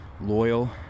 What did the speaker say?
loyal